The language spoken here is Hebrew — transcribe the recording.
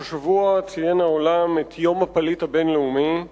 השבוע ציין העולם את יום הפליט הבין-לאומי.